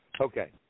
Okay